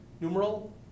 numeral